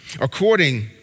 According